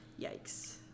yikes